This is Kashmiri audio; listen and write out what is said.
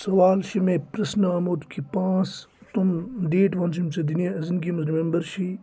سوال چھُ مےٚ پِرٛژھنہٕ آمُت کہِ پانٛژھ تِم ڈیٹ وَن ژٕ یِم ژےٚ دُنیا زِندگی منٛز رِمٮ۪مبَر چھِی